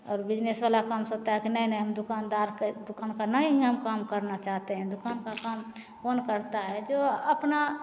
और बिज़नेस वाला काम सोचता है कि नहीं नहीं हम दुक़ानदार दुक़ान का नहीं है काम करना चाहते हैं दुक़ान का काम कौन करता है जो अपना